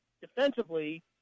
Defensively